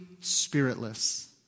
spiritless